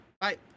bye